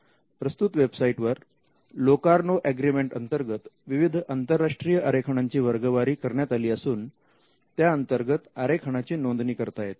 प्रस्तुत वेबसाईटवर Locarno agreement अंतर्गत विविध आंतरराष्ट्रीय आरेखनांची वर्गवारी करण्यात आली असून त्या अंतर्गत आरेखनाची नोंदणी करता येते